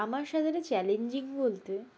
আমার সাঁতারে চ্যালেঞ্জিং বলতে